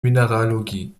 mineralogie